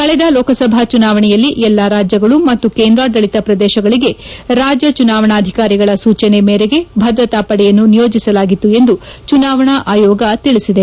ಕಳೆದ ಲೋಕಸಭಾ ಚುನಾವಣೆಯಲ್ಲಿ ಎಲ್ಲಾ ರಾಜ್ಯಗಳು ಮತ್ತು ಕೇಂದ್ರಾಡಳಿತ ಪ್ರದೇಶಗಳಿಗೆ ರಾಜ್ಯ ಚುನಾವಣಾಧಿಕಾರಿಗಳ ಸೂಚನೆ ಮೇರೆಗೆ ಭದ್ರತಾ ಪಡೆಯನ್ನು ನಿಯೋಜಿಸಲಾಗಿತ್ತು ಎಂದು ಚುನಾವಣಾ ಆಯೋಗ ತಿಳಿಸಿದೆ